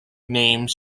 name